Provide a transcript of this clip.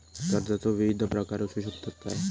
कर्जाचो विविध प्रकार असु शकतत काय?